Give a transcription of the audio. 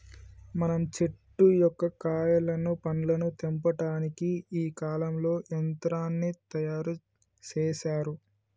మనం చెట్టు యొక్క కాయలను పండ్లను తెంపటానికి ఈ కాలంలో యంత్రాన్ని తయారు సేసారు